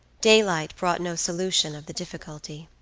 daylight brought no solution of the difficulty.